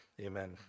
Amen